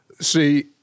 See